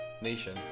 Nation